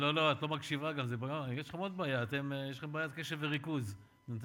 אני צריכה לדאוג לתנאים ולשכר שלך?